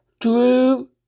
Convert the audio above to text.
Drew